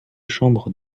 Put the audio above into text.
chambre